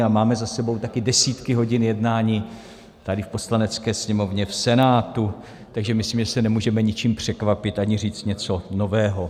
A máme za sebou taky desítky hodin jednání tady v Poslanecké sněmovně, v Senátu, takže myslím, že se nemůžeme ničím překvapit ani říct něco nového.